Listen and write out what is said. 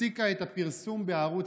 לשכת הפרסום הממשלתית הפסיקה את הפרסום בערוץ